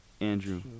Andrew